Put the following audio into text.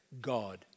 God